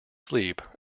sleep